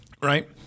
Right